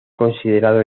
considerado